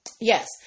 yes